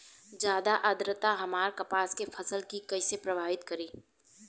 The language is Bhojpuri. ज्यादा आद्रता हमार कपास के फसल कि कइसे प्रभावित करी?